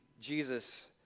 Jesus